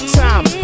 time